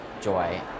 joy